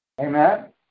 Amen